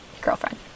girlfriend